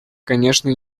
конечно